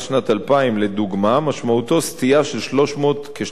משמעותו סטייה של כ-340 מיליון שקלים.